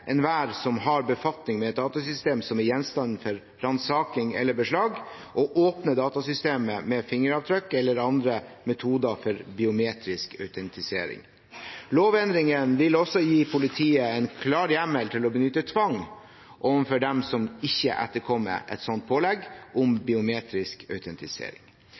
enhver som har befatning med et datasystem som er gjenstand for ransaking eller beslag, å åpne datasystemet med fingeravtrykk eller andre metoder for biometrisk autentisering. Lovendringene vil også gi politiet en klar hjemmel for å benytte tvang overfor dem som ikke etterkommer et slikt pålegg om biometrisk autentisering.